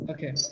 Okay